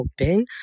open